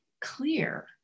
clear